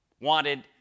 wanted